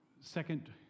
second